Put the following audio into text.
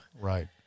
Right